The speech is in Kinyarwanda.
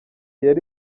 yari